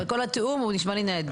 אלא כל התיאום הוא נשמע לי נהדר,